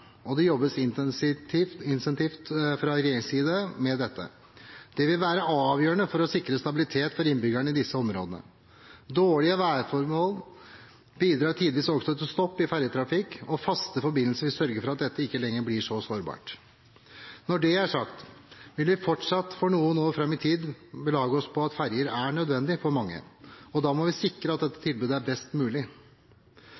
og det jobbes intensivt fra regjeringens side med dette. Det vil være avgjørende for å sikre stabilitet for innbyggerne i disse områdene. Dårlige værforhold bidrar tidvis også til stopp i ferjetrafikken, og faste forbindelser vil sørge for at dette ikke lenger blir så sårbart. Når det er sagt, vil vi fortsatt noen år fram i tid måtte belage oss på at ferjer er nødvendig for mange. Da må vi sikre at dette